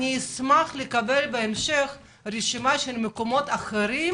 אני אשמח לקבל בהמשך רשימה של מקומות אחרים,